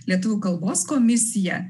lietuvių kalbos komisija